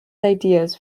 ideas